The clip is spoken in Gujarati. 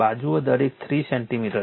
તેથી બાજુઓ દરેક 3 સેન્ટિમીટર છે